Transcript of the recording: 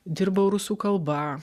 dirbau rusų kalba